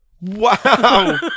Wow